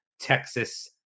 Texas